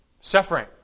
Suffering